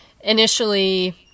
initially